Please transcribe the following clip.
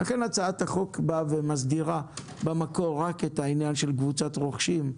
לכן הצעת החוק באה ומסדירה במקור רק את העניין של קבוצת רוכשים,